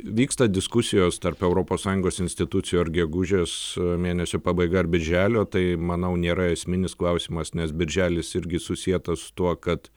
vyksta diskusijos tarp europos sąjungos institucijų ar gegužės mėnesio pabaiga ar birželio tai manau nėra esminis klausimas nes birželis irgi susietas su tuo kad